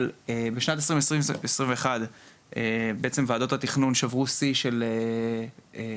אבל בשנת 2021 בעצם ועדות התכנון שברו שיא של 76,000